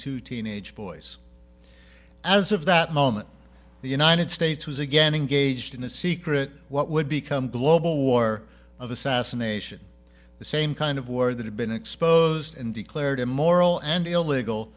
two teenage boys as if that moment the united states was again in gauged in a secret what would become global war of assassination the same kind of war that had been exposed and declared immoral and illegal